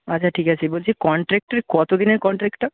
আচ্ছা ঠিক আছে বলছি কন্ট্রাক্টটা কত দিনের কন্ট্রাক্টটা